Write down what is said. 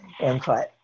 input